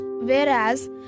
whereas